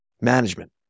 management